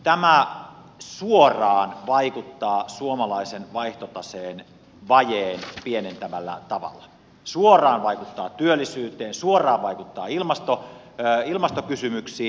tämä suoraan vaikuttaa suomalaisen vaihtotaseen vajeeseen pienentävällä tavalla suoraan vaikuttaa työllisyyteen suoraan vaikuttaa ilmastokysymyksiin